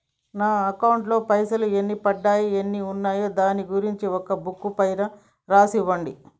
నా అకౌంట్ లో పైసలు ఎన్ని పడ్డాయి ఎన్ని ఉన్నాయో దాని గురించి ఒక బుక్కు పైన రాసి ఇవ్వండి?